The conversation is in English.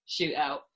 shootout